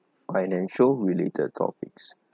financial related topics